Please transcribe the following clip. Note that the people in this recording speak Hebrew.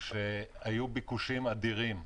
שהיו ביקושים אדירים,